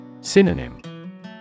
Synonym